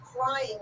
crying